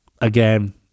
again